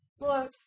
Lord